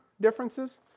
differences